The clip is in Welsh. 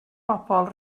bobl